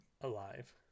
alive